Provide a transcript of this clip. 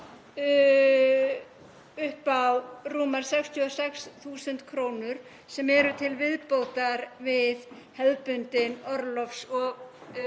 upp á rúmar 66.000 kr. sem eru til viðbótar við hefðbundna orlofs- og